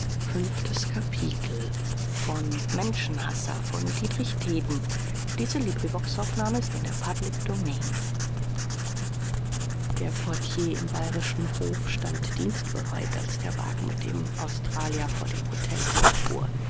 der portier im bayrischen hof stand dienstbereit als der wagen mit dem australier vor dem hotel vorfuhr